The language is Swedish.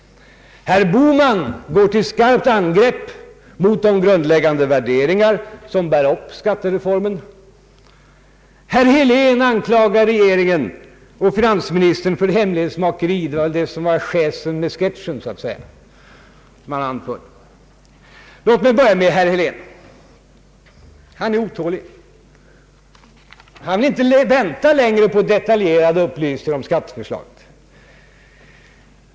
Herr Bohman går till skarpt angrepp mot de grundläggande värderingar som bär upp skattereformen. Herr Helén anklagar regeringen och finansministern för hemlighetsmakeri — det var väl det som så att säga var schäsen med sketchen. Låt mig börja med herr Helén. Han är otålig. Han vill inte vänta längre på detaljerade upplysningar om skatteförslaget.